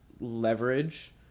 leverage